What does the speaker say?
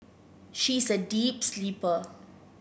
she is a deep sleeper